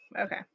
Okay